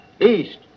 East